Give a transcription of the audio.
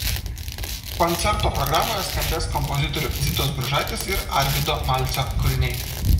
koncerto programoje skambės kompozitorių zitos bružaitės ir arvydo malcio kūriniai